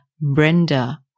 Brenda